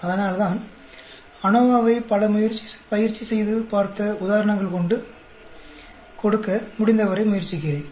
அதனால்தான் அநோவாவை பல பயிற்சி செய்து பார்த்த உதாரணங்கள் கொண்டு கொடுக்க முடிந்தவரை முயற்சிக்கிறேன்